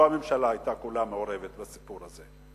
לא הממשלה כולה היתה מעורבת בסיפור הזה.